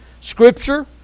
Scripture